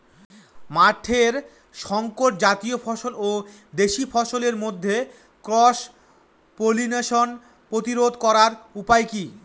মাঠের শংকর জাতীয় ফসল ও দেশি ফসলের মধ্যে ক্রস পলিনেশন প্রতিরোধ করার উপায় কি?